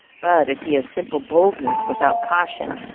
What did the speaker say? but if he has simple boldness without caution,